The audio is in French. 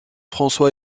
françois